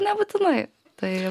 nebūtinai tai